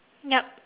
yup